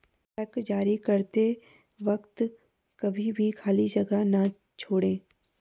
check जारी करते वक्त कभी भी खाली जगह न छोड़ें